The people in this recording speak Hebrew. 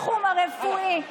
החלה לגרור תופעות לוואי.